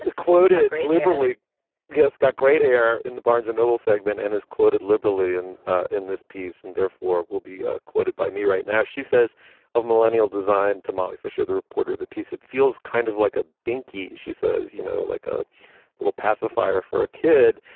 ah quoted liberally girls got great air in the barnes and noble segment and is quoted liberally in this piece and therefore will be ah quoted by me right now, she says of millennial designed to molly fisher, the reporter of the piece. it feels kind of like a binkie, she says, you know, like a little pacifier for a kid.